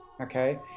Okay